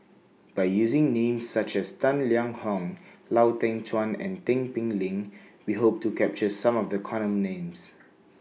By using Names such as Tang Liang Hong Lau Teng Chuan and Tin Pei Ling We Hope to capture Some of The Common Names